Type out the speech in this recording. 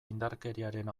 indarkeriaren